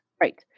Right